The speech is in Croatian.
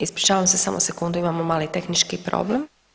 Ispričavam se, samo sekundu, imamo mali tehnički problem.